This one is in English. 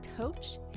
coach